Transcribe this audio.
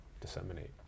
disseminate